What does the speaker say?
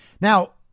Now